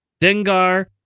Dengar